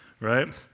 right